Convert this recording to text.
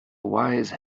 wise